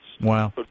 Wow